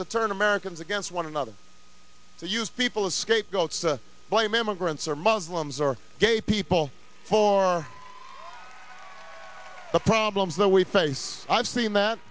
to turn americans against one another and use people as scapegoats to blame immigrants or muslims or gay people for the problems that we face i've seen that